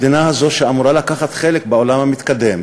המדינה הזאת, שאמורה לקחת חלק בעולם המתקדם,